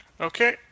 Okay